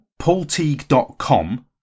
paulteague.com